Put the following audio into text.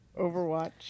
Overwatch